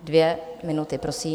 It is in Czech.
Dvě minuty, prosím.